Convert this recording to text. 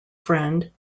friend